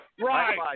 Right